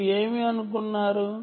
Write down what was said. మీరు ఏమి అనుకున్నారు